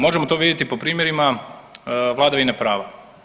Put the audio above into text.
Možemo to vidjeti po primjerima vladavine prava.